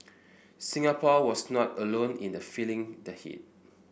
Singapore was not alone in the feeling the heat